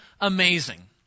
amazing